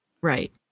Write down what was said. Right